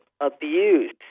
abuse